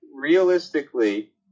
realistically